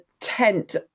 Tent